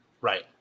Right